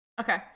Okay